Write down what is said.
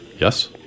Yes